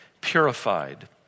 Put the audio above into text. purified